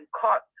caught